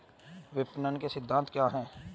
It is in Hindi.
विपणन के सिद्धांत क्या हैं?